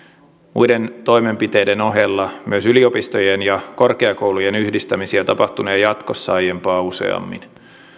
muiden toimenpiteiden ohella myös yliopistojen ja korkeakoulujen yhdistämisiä tapahtunee jatkossa aiempaa useammin